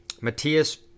Matthias